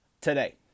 today